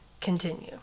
continue